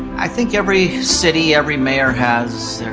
i think every city, every mayor has